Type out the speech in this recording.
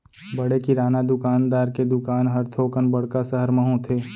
बड़े किराना दुकानदार के दुकान हर थोकन बड़का सहर म होथे